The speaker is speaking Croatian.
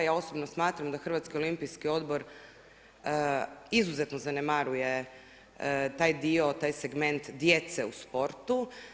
I ja osobno smatram da Hrvatski olimpijski odbor izuzetno zanemaruje taj dio, taj segment djece u sportu.